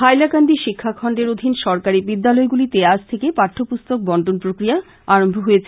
হাইলাকান্দি শিক্ষা খন্ডের অধীন সরকারী বিদ্যালয়গুলিতে আজ থেকে পাঠ্যপুস্তক বন্টন প্রক্রিয়া শুরু হয়েছে